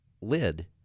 lid